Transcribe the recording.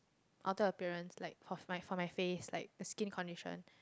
outer appearance like of my for my face like the skin condition